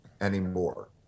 anymore